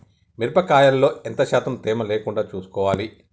మిరప కాయల్లో ఎంత శాతం తేమ లేకుండా చూసుకోవాలి?